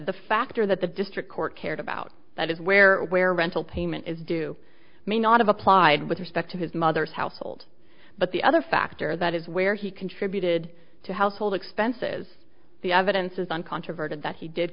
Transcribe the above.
the factor that the district court cared about that is where where rental payment is due may not have applied with respect to his mother's household but the other factor that is where he contributed to help hold expenses the evidence is uncontroverted that he did